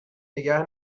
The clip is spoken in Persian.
نگه